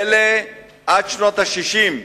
עד שנות ה-60,